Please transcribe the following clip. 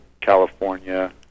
California